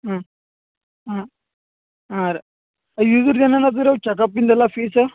ಹ್ಞೂ ಹಾಂ ಹಾಂ ಇದ್ದರೆ ಏನಾದ್ರು ಅದಾರ ಚಕ್ ಅಪ್ ಹಿಂದೆಲ್ಲ ಫೀಸ್